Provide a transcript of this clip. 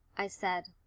i said.